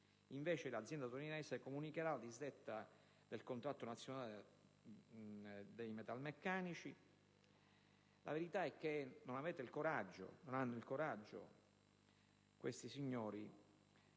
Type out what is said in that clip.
invece l'azienda torinese comunicherà la disdetta del contratto nazionale dei metalmeccanici. La verità è che questi signori non hanno il coraggio di dire